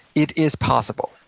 it is possible.